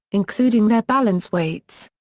including their balance weights.